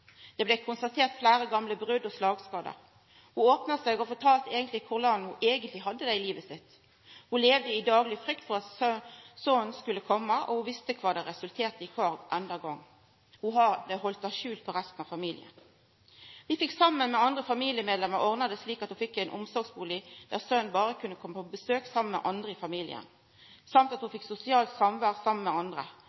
Det blei konstatert fleire gamle brot og slagskadar. Ho opna seg og fortalde korleis ho eigentleg hadde det i livet sitt. Ho levde i dagleg frykt for at sonen skulle koma, og ho visste kva det resulterte i kvar gong. Ho hadde halde det skjult for resten av familien. Vi fekk saman med andre familiemedlemmer ordna det slik at ho fekk ein omsorgsbustad der sonen berre kunne koma på besøk saman med andre i familien, og ho